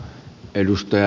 puhemies